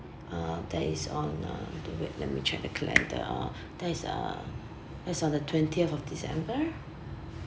uh that is on uh do wait let me check the calendar uh that is uh as on the twentieth of december